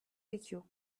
vecchio